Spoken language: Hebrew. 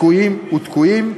תקועים ותקועים,